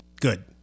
Good